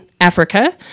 Africa